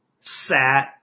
sat